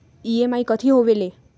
EMI कथी होवेले?